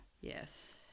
Yes